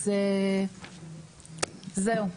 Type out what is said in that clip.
אז זהו.